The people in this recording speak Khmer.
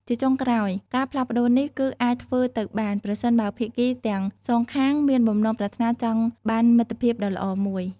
ជាចុងក្រោយ ការផ្លាស់ប្តូរនេះគឺអាចធ្វើទៅបាន ប្រសិនបើភាគីទាំងសងខាងមានបំណងប្រាថ្នាចង់បានមិត្តភាពដ៏ល្អមួយ។